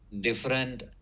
different